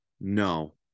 No